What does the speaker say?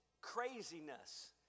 craziness